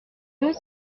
deux